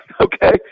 Okay